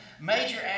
Major